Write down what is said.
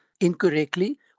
incorrectly